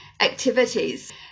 activities